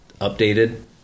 updated